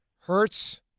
Hertz